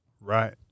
Right